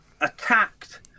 attacked